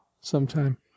sometime